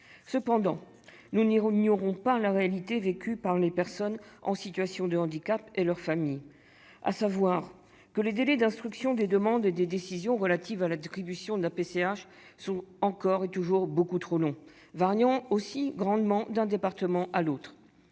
Néanmoins, nous n'ignorons pas la réalité vécue par les personnes en situation de handicap et par leurs familles. Les délais d'instruction des demandes et des décisions relatives à l'attribution de la PCH sont encore beaucoup trop longs et varient grandement d'un département à l'autre.